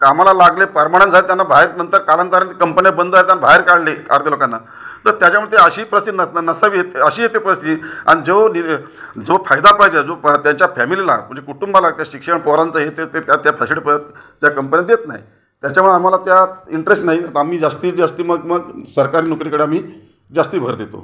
कामाला लागले पर्मनंट झाले त्यांना बाहेर नंतर कालांतराने त्या कंपन्या बंद आता बाहेर काढले अर्धे लोकांना तर त्याच्यामध्ये अशी परिस्थिती नसा नसावी अशी येते परिस्थिती आणि जो नि जो फायदा पाहिजे जो त्यांच्या फॅमिलीला म्हणजे कुटुंबाला काय शिक्षण पोरांचं हे ते त्या फॅशिलीटी परत त्या कंपन्या देत नाही त्याच्यामुळे आम्हाला त्यात इंटरेस्ट नाही आम्ही जास्तीत जास्त मग मग सरकारी नोकरीकडं आम्ही जास्ती भर देतो